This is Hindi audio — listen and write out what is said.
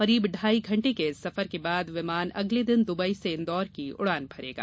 करीब ढाई घंटे के इस सफर के बाद विमान अगले दिन दुबई से इंदौर की उड़ान भरेगा